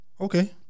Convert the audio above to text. okay